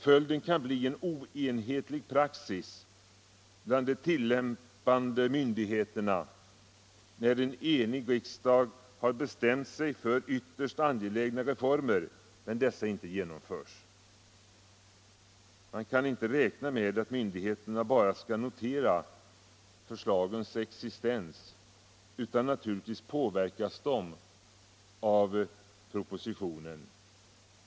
Följden kan bli en oenhetlig praxis bland de tillämpande myndigheterna, när en enig riksdag har bestämt sig för ytterst angelägna reformer men dessa inte genomförs. Man kan inte räkna med att myndigheterna bara skall notera förslagens existens, utan naturligtvis påverkas de av propositionen.